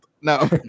No